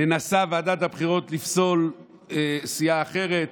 מנסה ועדת הבחירות לפסול סיעה אחרת,